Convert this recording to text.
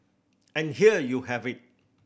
and here you have it